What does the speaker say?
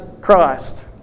Christ